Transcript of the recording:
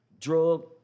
drug